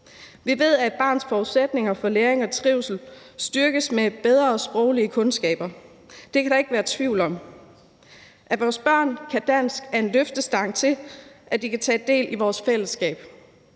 Vi ved, at et barns forudsætninger for læring og trivsel styrkes med bedre sproglige kundskaber. Det kan der ikke være tvivl om. At vores børn kan dansk, er en løftestang til, at de kan tage del i vores fællesskab.